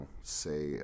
say